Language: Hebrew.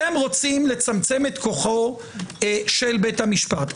אתם רוצים לצמצם כוחו של בית המשפט.